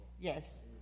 Yes